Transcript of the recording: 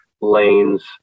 lanes